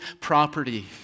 property